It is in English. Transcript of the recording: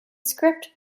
script